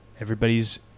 everybody's